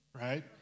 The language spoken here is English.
right